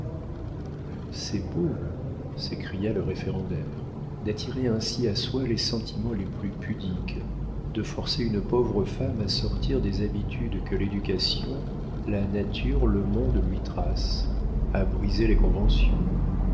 c'est beau s'écria le référendaire d'attirer ainsi à soi les sentiments les plus pudiques de forcer une pauvre femme à sortir des habitudes que l'éducation la nature le monde lui tracent à briser les conventions